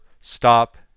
stop